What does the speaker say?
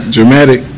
Dramatic